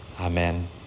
Amen